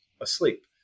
asleep